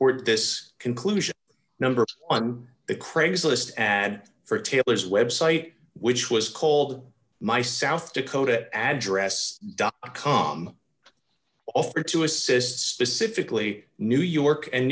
or this conclusion number on the craigslist ad for taylor's website which was called my south dakota address dot com offer to assist specifically new york and